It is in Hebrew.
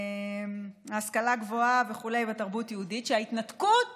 ההשכלה הגבוהה וכו' ותרבות יהודית: ההתנתקות